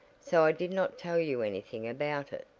so i did not tell you anything about it.